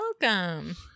welcome